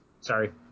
Sorry